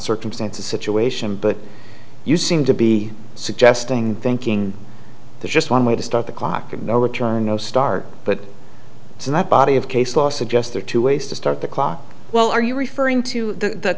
circumstances situation but you seem to be suggesting thinking there's just one way to stop the clock and overturn no start but in that body of case law suggest there are two ways to start the clock well are you referring to the